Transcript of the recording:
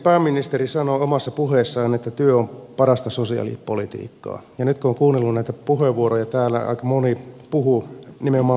pääministeri sanoi omassa puheessaan että työ on parasta sosiaalipolitiikkaa ja nyt kun on kuunnellut näitä puheenvuoroja täällä aika moni puhuu nimenomaan verotuksesta